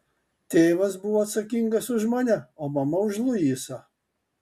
tėvas buvo atsakingas už mane o mama už luisą